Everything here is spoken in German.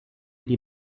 die